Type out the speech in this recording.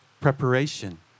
preparation